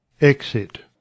Exit